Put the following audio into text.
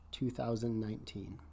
2019